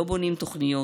לא בונים תוכניות,